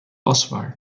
oswald